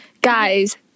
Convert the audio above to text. Guys